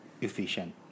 efficient